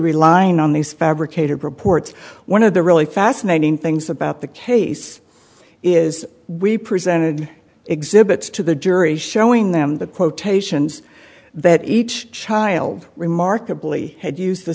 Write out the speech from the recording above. relying on these fabricated reports one of the really fascinating things about the case is we presented exhibits to the jury showing them the quotations that each child remarkably had used the